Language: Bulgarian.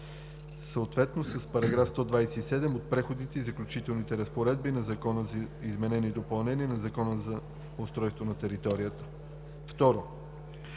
съответно с § 127 от Преходни и заключителни разпоредби на Закона за изменение и допълнение на Закона за устройство на територията